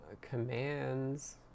commands